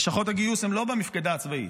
לשכות הגיוס הן לא במפקדה הצבאית,